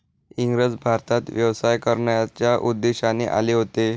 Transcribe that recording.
इंग्रज भारतात व्यवसाय करण्याच्या उद्देशाने आले होते